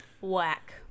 Whack